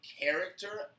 character